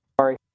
Sorry